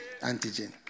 antigen